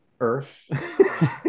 earth